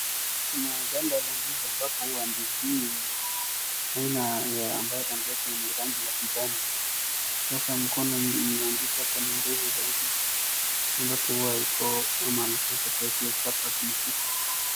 Kuna ganda la ndizi ambapo hua ndizi hii aina ambayo aina yake ni ya rangi ya kijani sasa mkono ya ndizi ni mrefu zaidi maandishi hapo ambapo huwa iko ama .